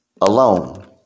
alone